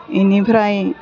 बिनिफ्राय